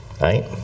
right